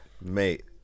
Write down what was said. Mate